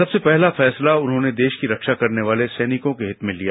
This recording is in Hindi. सबसे पहला फैसला उन्होंने देश की रक्षा करने वाले सैनिकों के हित में लिया